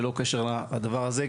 ללא קשר לדבר הזה,